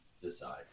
decide